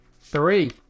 Three